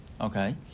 Okay